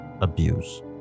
Abuse